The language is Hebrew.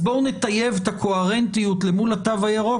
אז בואו נטייב את הקוהרנטיות למול התו הירוק